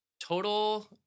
total